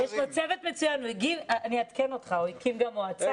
ותודה לך שהסבת את תשומת ליבנו שאפשר גם להיות מוטרד